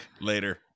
later